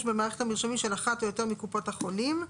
במערכת המרשמים של אחת או יותר מקופות החולים,